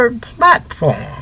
platform